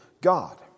God